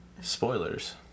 Spoilers